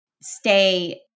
stay